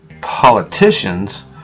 politicians